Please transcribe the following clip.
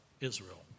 Israel